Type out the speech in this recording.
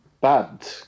bad